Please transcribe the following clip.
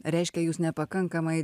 reiškia jūs nepakankamai